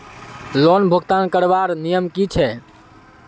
Loan भुगतान करवार नियम की छे?